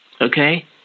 Okay